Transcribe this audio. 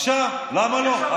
אפשר, למה לא?